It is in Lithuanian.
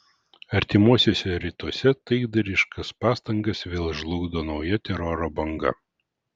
artimuosiuose rytuose taikdariškas pastangas vėl žlugdo nauja teroro banga